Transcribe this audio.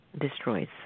destroys